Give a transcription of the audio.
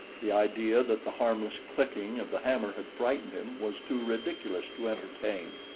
the idea that the harmless clicking of the hammer had frightened him was too ridiculous to entertain.